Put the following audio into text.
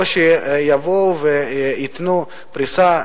או שיבואו וייתנו פריסה,